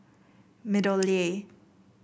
MeadowLea